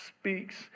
speaks